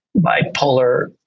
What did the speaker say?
bipolar